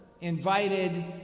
invited